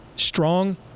strong